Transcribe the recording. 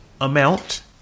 amount